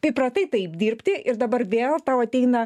pripratai taip dirbti ir dabar vėl tau ateina